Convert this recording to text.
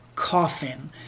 coffin